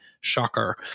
shocker